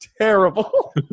terrible